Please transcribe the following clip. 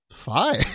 fine